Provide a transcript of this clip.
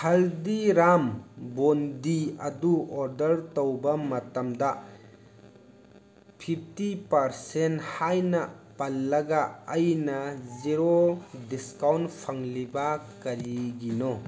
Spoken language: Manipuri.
ꯍꯜꯗꯤꯔꯥꯝ ꯕꯣꯟꯗꯤ ꯑꯗꯨ ꯑꯣꯔꯗꯔ ꯇꯧꯕ ꯃꯇꯝꯗ ꯐꯤꯐꯇꯤ ꯄꯥꯔꯁꯦꯟ ꯍꯥꯏꯅ ꯄꯜꯂꯒ ꯑꯩꯅ ꯖꯦꯔꯣ ꯗꯤꯁꯀꯥꯎꯟ ꯐꯪꯂꯤꯕ ꯀꯔꯤꯒꯤꯅꯣ